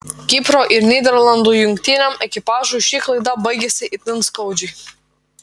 kipro ir nyderlandų jungtiniam ekipažui ši klaida baigėsi itin skaudžiai